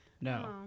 No